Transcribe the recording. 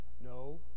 No